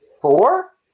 Four